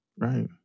right